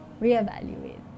reevaluate